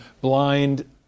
blind